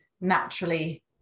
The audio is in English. naturally